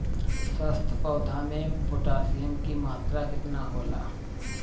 स्वस्थ पौधा मे पोटासियम कि मात्रा कितना होला?